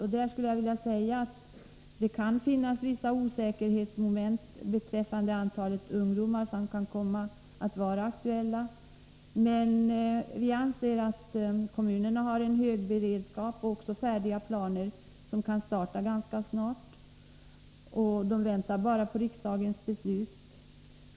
Jag skulle vilja säga att det kan finnas vissa osäkerhetsmoment när det gäller det antal ungdomar som kan komma att bli aktuellt. Men vi anser att kommunerna har en hög beredskap, och de har även färdiga planer som de kan starta med ganska snart. De väntar bara på riksdagens beslut.